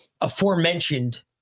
aforementioned